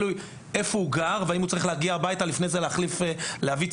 איפה הוא גר והאם הוא צריך לעבור בבית ולהביא ציוד.